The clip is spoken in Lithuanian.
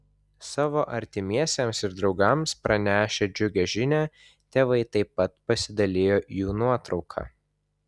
savo artimiesiems ir draugams pranešę džiugią žinią tėvai taip pat pasidalijo jų nuotrauka